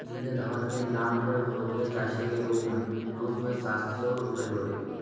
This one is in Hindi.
लीला धवन के नाम पर ब्रोकरेज राशि के रूप में रूप में सात सौ रुपये जोड़ें